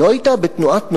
לא היית בתנועת נוער?